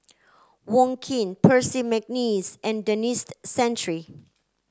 Wong Keen Percy McNeice and Denis Santry